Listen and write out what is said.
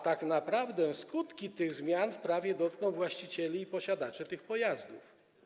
Tak naprawdę skutki tych zmian w prawie dotkną właścicieli i posiadaczy tych pojazdów.